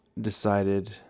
decided